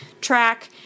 track